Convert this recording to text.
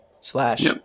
slash